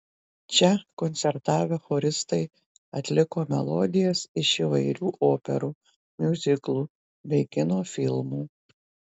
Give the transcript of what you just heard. čia koncertavę choristai atliko melodijas iš įvairių operų miuziklų bei kino filmų